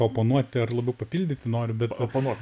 oponuoti ar labiau papildyti noriu bet oponuot